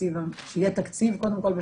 שיהיה תקציב קודם כל.